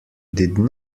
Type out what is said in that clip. did